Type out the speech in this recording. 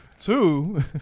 Two